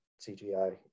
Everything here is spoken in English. CGI